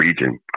region